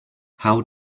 how